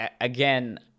Again